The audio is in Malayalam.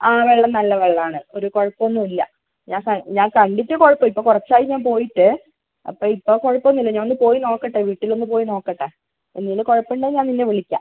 ആ വെള്ളം നല്ല വെള്ളമാണ് ഒരു കുഴപ്പം ഒന്നുമില്ല ഞാൻ ക ഞാൻ കണ്ടിട്ട് കുഴപ്പം ഇപ്പോൾ കുറച്ചായി ഞാൻ പോയിട്ട് അപ്പോൾ ഇപ്പോൾ കുഴപ്പമൊന്നുമില്ല ഞാൻ ഒന്ന് പോയി നോക്കട്ടെ വീട്ടിൽ ഒന്ന് പോയി നോക്കട്ടെ എന്തെങ്കിലും കുഴപ്പം ഉണ്ടെങ്കിൽ ഞാൻ നിന്നെ വിളിക്കാം